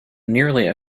nearly